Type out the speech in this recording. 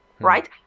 right